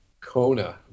Kona